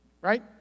right